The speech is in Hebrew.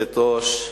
גברתי היושבת-ראש,